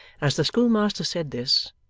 as the schoolmaster said this,